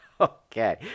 Okay